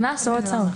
קנס זה הוצאות.